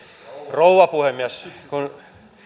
rouva puhemies kun